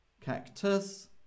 cactus